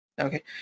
okay